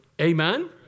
Amen